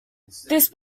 these